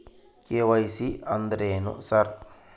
KYC ಅಂದ್ರೇನು sir?